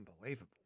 unbelievable